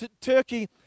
Turkey